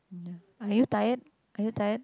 are you tired are you tired